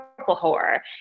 horror